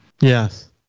Yes